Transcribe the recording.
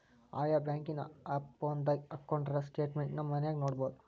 ಆಯಾ ಬ್ಯಾಂಕಿನ್ ಆಪ್ ಫೋನದಾಗ ಹಕ್ಕೊಂಡ್ರ ಸ್ಟೆಟ್ಮೆನ್ಟ್ ನ ಮನ್ಯಾಗ ನೊಡ್ಬೊದು